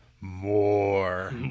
more